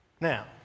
Now